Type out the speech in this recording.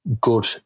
good